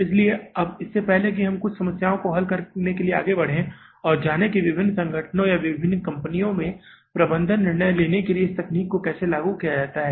इसलिए अब इससे पहले कि हम कुछ समस्याओं को हल करने के लिए आगे बढ़ें और जानें कि विभिन्न संगठनों या विभिन्न कंपनियों में प्रबंधन निर्णय लेने के लिए इस तकनीक को कैसे लागू किया जाए